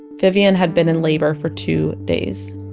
vivian had been in labor for two days